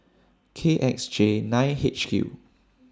K X J nine H Q